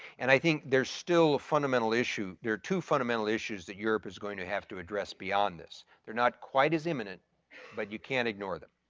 and i think there's still a fundamental issue, there are two fundamental issues that europe is going to have to address beyond this. they're not quite as eminent but you can't ignore them.